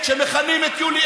חבר הכנסת, שהשוו את יו"ר